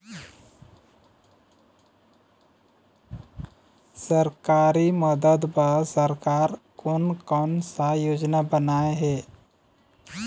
सरकारी मदद बर सरकार कोन कौन सा योजना बनाए हे?